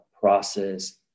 process